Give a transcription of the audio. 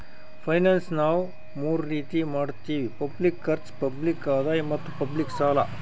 finance ನಾವ್ ಮೂರ್ ರೀತಿ ಮಾಡತ್ತಿವಿ ಪಬ್ಲಿಕ್ ಖರ್ಚ್, ಪಬ್ಲಿಕ್ ಆದಾಯ್ ಮತ್ತ್ ಪಬ್ಲಿಕ್ ಸಾಲ